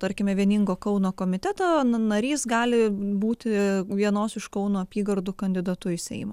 tarkime vieningo kauno komiteto narys gali būti vienos iš kauno apygardų kandidatų į seimą